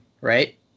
right